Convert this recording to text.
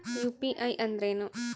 UPI ಅಂದ್ರೇನು?